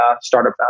startup